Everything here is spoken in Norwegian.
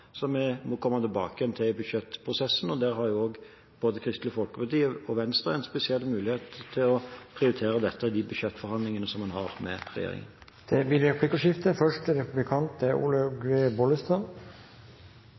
som vi må komme tilbake til i budsjettprosessen. Der har både Kristelig Folkeparti og Venstre en spesiell mulighet til å prioritere dette i de budsjettforhandlingene de har med regjeringen. Det blir replikkordskifte. Ministeren sier at han vil utarbeide en egen strategiplan for ungdomshelse. Hvor mange av de tiltakene som er